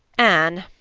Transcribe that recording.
anne,